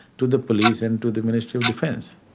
to the police and to the ministry of defence.